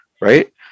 right